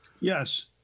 yes